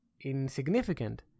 insignificant